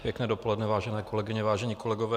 Pěkné dopoledne, vážené kolegyně, vážení kolegové.